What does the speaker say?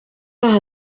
aha